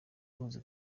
ihuza